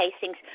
casings